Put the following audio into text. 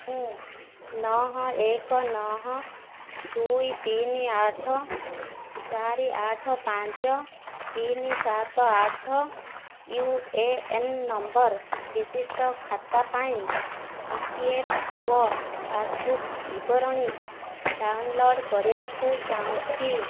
ମୁଁ ନଅ ଏକ ନଅ ଦୁଇ ତିନି ଆଠ ଚାରି ଆଠ ପାଞ୍ଚ ତିନି ସାତ ଆଠ ୟୁ ଏ ଏନ୍ ନମ୍ବର ବିଶିଷ୍ଟ ଖାତା ପାଇଁ E P F O passbook ବିବରଣୀ ଡାଉନଲୋଡ୍ କରିବାକୁ ଚାହୁଁଛି